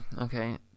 okay